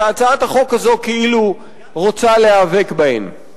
שהצעת החוק הזאת כאילו רוצה להיאבק בהן.